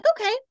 okay